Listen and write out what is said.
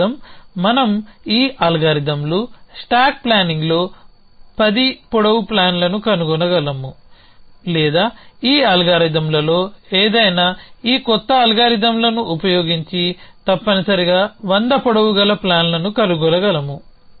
దీనర్థం మనం ఈ అల్గారిథమ్లు స్టాక్ ప్లానింగ్లో పది పొడవు ప్లాన్లను కనుగొనగలము లేదా ఈ అల్గారిథమ్లలో ఏదైనా ఈ కొత్త అల్గారిథమ్లను ఉపయోగించి తప్పనిసరిగా వంద పొడవు గల ప్లాన్లను కనుగొనగలము